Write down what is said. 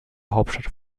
hauptstadt